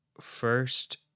first